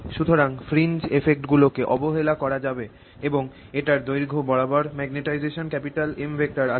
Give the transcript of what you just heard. সুতরাং fringe effect গুলো কে অবহেলা করা যাবে এবং এটার দৈর্ঘ্য বরাবর ম্যাগনেটাইজেশান M আছে